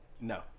No